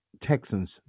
Texans